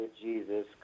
Jesus